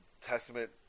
Testament